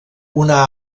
una